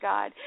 God